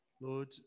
Lord